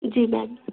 जी ma'am